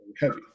heavy